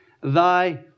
thy